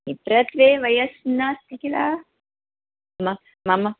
अत्र द्वे वयः नास्ति किल म मम